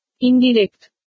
Indirect